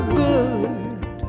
good